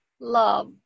love